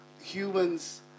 humans